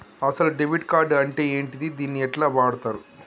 అసలు debit card అంటే ఏంటిది? దీన్ని ఎట్ల వాడుతరు?